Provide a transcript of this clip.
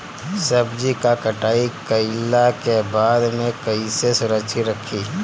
सब्जी क कटाई कईला के बाद में कईसे सुरक्षित रखीं?